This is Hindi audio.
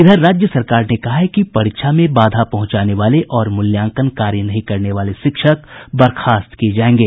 इधर राज्य सरकार ने कहा है कि परीक्षा में बाधा पहुंचाने वाले और मूल्यांकन कार्य नहीं करने वाले शिक्षक बर्खास्त किये जायेंगे